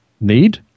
need